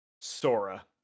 Sora